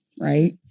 right